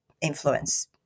influence